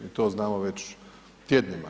I to znamo već tjednima.